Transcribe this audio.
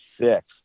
six